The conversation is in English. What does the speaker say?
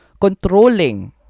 controlling